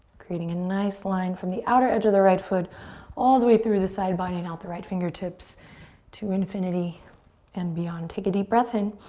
creating a nice line from the outer edge of the right foot all the way through the side body and out the right fingertips to infinity and beyond. take a deep breath in.